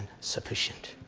sufficient